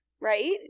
right